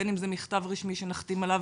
בין אם זה מכתב רשמי שנחתים עליו